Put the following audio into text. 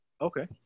Okay